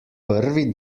prvi